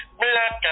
black